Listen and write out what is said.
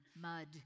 mud